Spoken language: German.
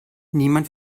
niemand